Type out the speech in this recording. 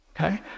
Okay